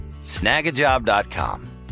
snagajob.com